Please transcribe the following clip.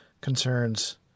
concerns